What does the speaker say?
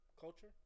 culture